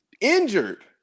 injured